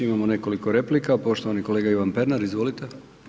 Imamo nekoliko replika, poštovani kolega Ivan Pernar, izvolite.